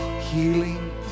healing